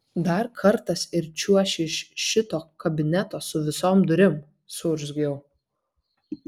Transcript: dar kartas ir čiuoši iš šito kabineto su visom durim suurzgiau